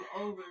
over